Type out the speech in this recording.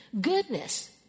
Goodness